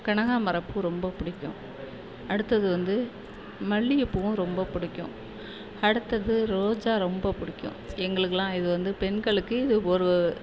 கனகாம்மரம் பூ ரொம்ப புடிக்கும் அடுத்தது வந்து மல்லிகைப்பூவும் ரொம்ப புடிக்கும் அடுத்தது ரோஜா ரொம்ப பிடிக்கும் எங்களுக்கெலாம் இது வந்து பெண்களுக்கு இது ஒரு